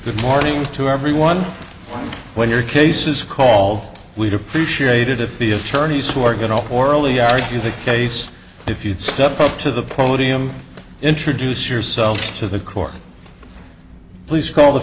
good morning to everyone when your case is call we'd appreciate it if the attorneys who are going to orally argue the case if you'd step up to the podium introduce yourself to the court please call the